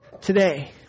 today